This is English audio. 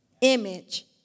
image